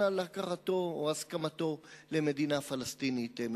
על הכרתו או הסכמתו למדינה פלסטינית מפורזת,